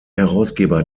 herausgeber